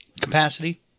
capacity